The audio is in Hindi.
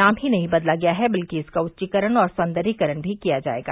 नाम नहीं बदला गया है बल्कि इसका उच्चीकरण और सौन्दर्यीकरण भी किया जायेगा